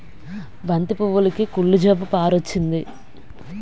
బంతి పువ్వులుకి కుళ్ళు జబ్బు పారొచ్చింది